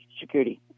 security